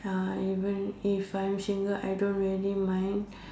uh if if I'm single I don't really mind